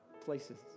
places